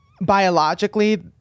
biologically